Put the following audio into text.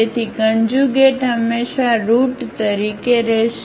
તેથી કન્જ્યુગેટ હંમેશાં રુટ તરીકે રહેશે